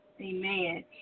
Amen